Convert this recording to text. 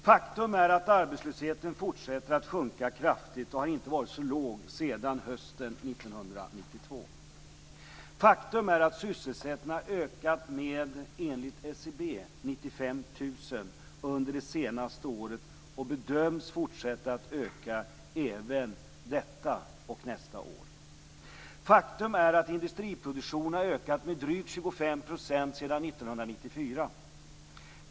· Faktum är att arbetslösheten fortsätter att sjunka kraftigt och inte har varit så låg sedan hösten · Faktum är att sysselsättningen enligt SCB har ökat med 95 000 personer under det senaste året och bedöms fortsätta att öka även detta och nästa år. · Faktum är att industriproduktionen har ökat med drygt 25 % sedan 1994.